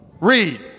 read